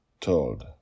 Told